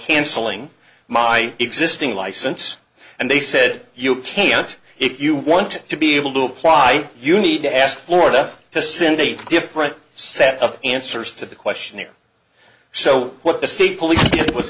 canceling my existing license and they said you can't if you want to be able to apply you need to ask florida to send a different set of answers to the questionnaire so what the state police did was